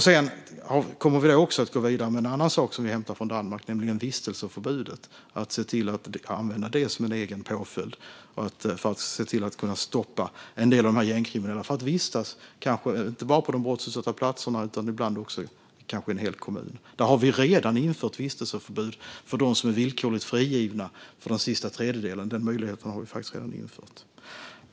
Vi kommer också att gå vidare med något annat som vi hämtar från Danmark, nämligen vistelseförbudet. Det ska kunna användas som en egen påföljd för att hindra de gängkriminella att vistas på brottsutsatta platser och ibland i en hel kommun. Vi har redan infört vistelseförbud för dem som är villkorligt frigivna.